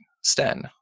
Sten